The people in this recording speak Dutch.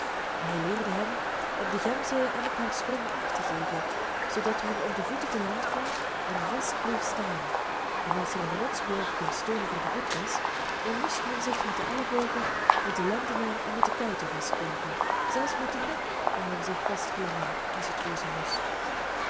hij leerde hem op de gemzen en op haar springen acht te geven zoodat men op de voeten te land kwam en vast bleef staan en als er in de rotskloof geen steun voor den voet was dan moest men zich met de ellebogen met de lendenen en met de kuiten vastklampen zelfs met den nek kon men zich vastklemmen als het wezen moest